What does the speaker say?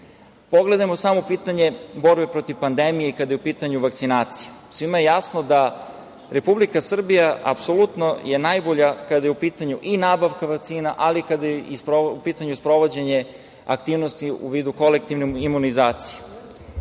snagama. Pogledajmo samo pitanje borbe protiv pandemije i kad je u pitanju vakcinacija. Svima je jasno da je Republika Srbija apsolutno najbolja, kada je u pitanju i nabavka vakcina, ali i kada je u pitanju i sprovođenje aktivnosti u vidu kolektivne imunizacije. Inače,